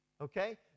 Okay